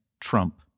Trump